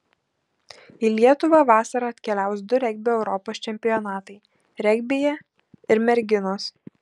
į lietuvą vasarą atkeliaus du regbio europos čempionatai regbyje ir merginos